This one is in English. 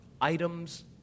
items